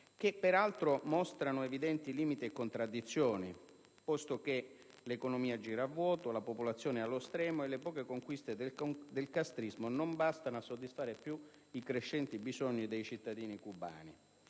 che peraltro mostrano evidenti limiti e contraddizioni, posto che l'economia gira a vuoto, la popolazione è allo stremo e le poche conquiste del castrismo non bastano a soddisfare più i crescenti bisogni dei cittadini cubani,